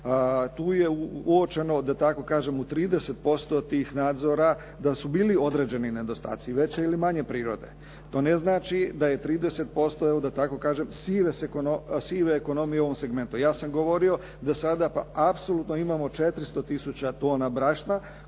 Tu je uočeno da tako kažem u 30% tih nadzora da su bili određeni nedostaci veće ili manje prirode. To ne znači da je 30% evo da tako kažem sive ekonomije u ovom segmentu. Ja sam govorio da sada apsolutno imamo 40000 tona brašna